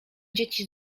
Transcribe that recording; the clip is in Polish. dzieci